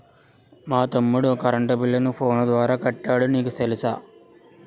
మా తమ్ముడు కరెంటు బిల్లును ఫోను ద్వారా కట్టాడు నీకు తెలుసా